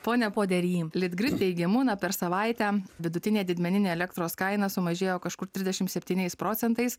pone podery litgrid teigimu per savaitę vidutinė didmeninė elektros kaina sumažėjo kažkur trisdešim septyniais procentais